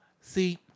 See